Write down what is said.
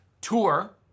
tour